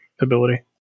ability